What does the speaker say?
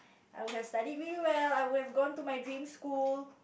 I would have studied really well I would have gone to my dream school